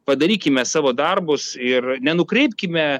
padarykime savo darbus ir nenukreipkime